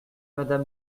monsieur